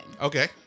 Okay